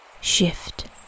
Shift